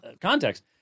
context